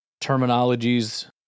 terminologies